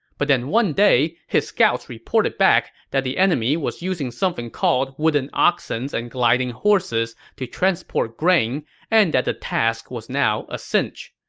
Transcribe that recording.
but then one day, his scouts reported back that the enemy was using something called wooden oxens and gliding horses to transport grain and that the task was now a cinch.